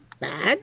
bad